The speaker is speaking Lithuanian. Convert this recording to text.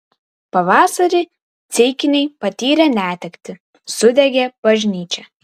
pavasarį ceikiniai patyrė netektį sudegė bažnyčia